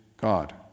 God